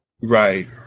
right